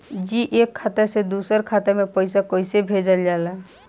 जी एक खाता से दूसर खाता में पैसा कइसे भेजल जाला?